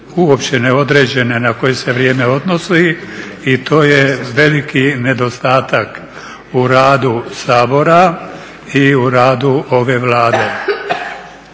uopće neodređene na koje se vrijeme odnose i to je veliki nedostatak u radu Sabora i u radu ove Vlade.